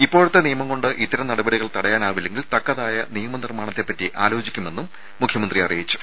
ഇപ്പോഴത്തെ നിയമം കൊണ്ട് ഇത്തരം നടപടികൾ തടയാനാവില്ലെങ്കിൽ തക്കതായ നിയമ നിർമ്മാണത്തെപ്പറ്റി ആലോചിക്കുമെന്നും മുഖ്യമന്ത്രി അറിയിച്ചു